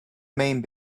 main